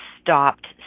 stopped